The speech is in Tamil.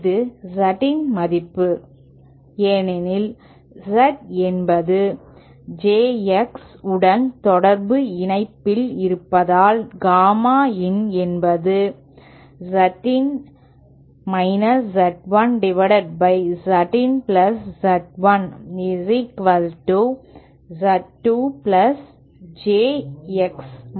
இது Z in மதிப்பு ஏனெனில் Z என்பது J X உடன் தொடர் இணைப்பில் இருப்பதால் காமா இன் என்பது ZinZ1 Z2jx Z1Z2jx1